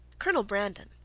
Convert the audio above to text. colonel brandon,